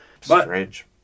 Strange